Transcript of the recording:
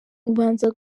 ubanza